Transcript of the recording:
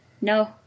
no